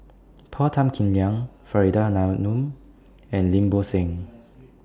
Paul Tan Kim Liang Faridah Hanum and Lim Bo Seng